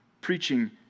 Preaching